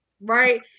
Right